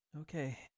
okay